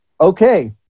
okay